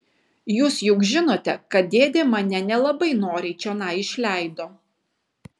jūs juk žinote kad dėdė mane nelabai noriai čionai išleido